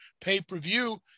pay-per-view